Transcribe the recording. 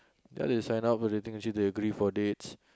ya they sign up for dating agency they agree for dates